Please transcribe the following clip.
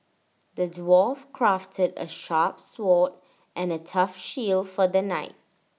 the dwarf crafted A sharp sword and A tough shield for the knight